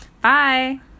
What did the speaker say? Bye